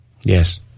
Yes